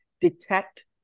detect